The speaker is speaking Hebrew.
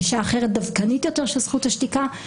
גישה אחרת דווקנית יותר של זכות השתיקה,